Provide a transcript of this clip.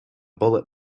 bullet